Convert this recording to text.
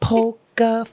Polka